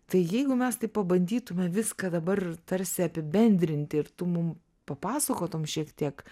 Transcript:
tai jeigu mes taip pabandytume viską dabar tarsi apibendrinti ir tu mum papasakotum šiek tiek